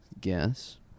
guess